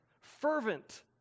fervent